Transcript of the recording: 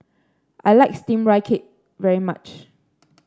I like steamed Rice Cake very much